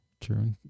True